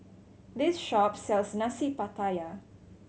this shop sells Nasi Pattaya